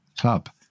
club